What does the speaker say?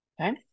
Okay